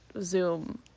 Zoom